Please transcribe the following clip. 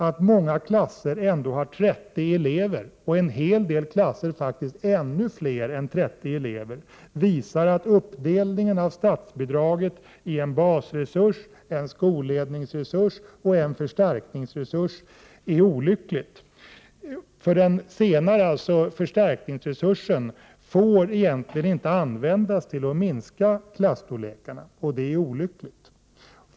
Att många klasser ändå har 30 elever — en hel del faktiskt fler än 30 — visar att uppdelningen av statsbidraget i en basresurs, en skolledningsresurs och en förstärkningsresurs är olycklig, för den senare får inte användas till att minska klasstorlekarna.